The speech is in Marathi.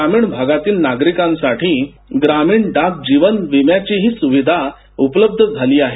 ग्रामीण भागातील नागरिकांसाठी ग्रामीण डाक जीवन विमाची ही सुविधा उपलब्ध झाली आहे